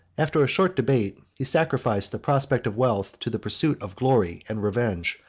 after a short debate, he sacrificed the prospect of wealth to the pursuit of glory and revenge,